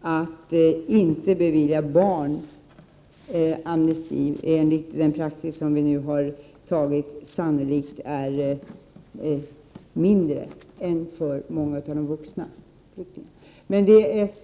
att inte bevilja barn amnesti — enligt den praxis vi har utarbetat — är svagare än för många av de vuxna flyktingarna.